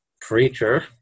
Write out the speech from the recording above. preacher